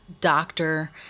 doctor